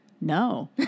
no